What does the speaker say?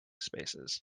spaces